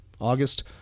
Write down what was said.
August